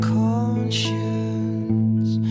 conscience